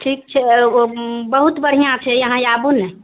ठीक छै ओ बहुत बढ़िआँ छै अहाँ आबू ने